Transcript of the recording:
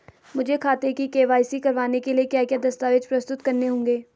मुझे खाते की के.वाई.सी करवाने के लिए क्या क्या दस्तावेज़ प्रस्तुत करने होंगे?